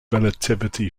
relativity